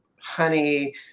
honey